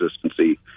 consistency